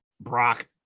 Brock